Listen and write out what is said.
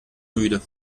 müde